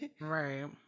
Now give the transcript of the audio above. Right